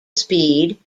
speed